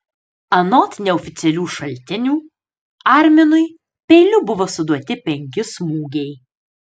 anot neoficialių šaltinių arminui peiliu buvo suduoti penki smūgiai